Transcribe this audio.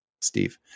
Steve